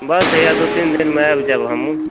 बस हैया दू तीन दिनमे आबि जाएब हमहुँ